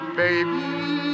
baby